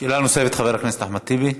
שאלה נוספת, חבר הכנסת אחמד טיבי.